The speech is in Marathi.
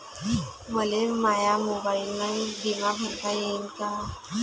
मले माया मोबाईलनं बिमा भरता येईन का?